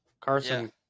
Carson